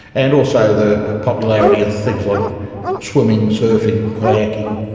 and also the popularity of things like swimming, surfing, kayaking,